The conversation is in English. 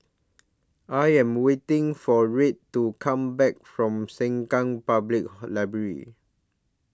I Am waiting For Red to Come Back from Sengkang Public Library